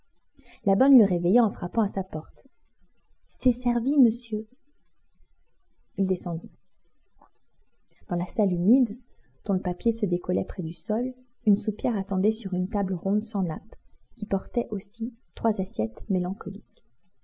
la bonne le réveilla en frappant à sa porte c'est servi monsieur il descendit dans la salle humide dont le papier se décollait près du sol une soupière attendait sur une table ronde sans nappe qui portait aussi trois assiettes mélancoliques